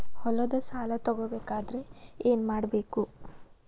ಹೊಲದ ಸಾಲ ತಗೋಬೇಕಾದ್ರೆ ಏನ್ಮಾಡಬೇಕು?